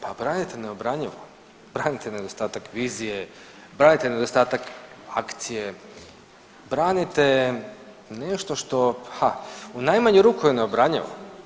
Pa branite neobranjivo, branite nedostatak vizije, branite nedostatak akcije, branite nešto što ha u najmanju ruku je neobranjivo.